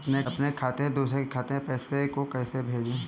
अपने खाते से दूसरे के खाते में पैसे को कैसे भेजे?